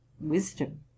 Wisdom